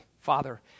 Father